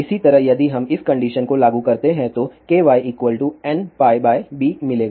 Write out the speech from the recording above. इसी तरह यदि हम इस कंडीशन को लागू करते हैं तो हमें kynπb मिलेगा